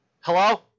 Hello